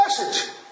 message